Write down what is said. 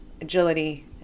agility